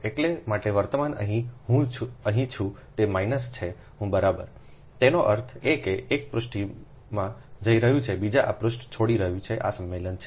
એટલા માટે વર્તમાન અહીં હું અહીં છું તે માઈનસ છે હું બરાબરતેનો અર્થ એ કે એક પૃષ્ઠમાં જઈ રહ્યું છે બીજું આ પૃષ્ઠ છોડી રહ્યું છે આ સંમેલન છે